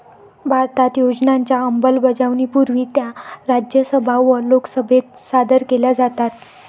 भारतात योजनांच्या अंमलबजावणीपूर्वी त्या राज्यसभा व लोकसभेत सादर केल्या जातात